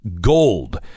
gold